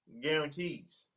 guarantees